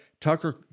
Tucker